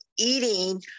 eating